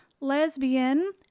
lesbian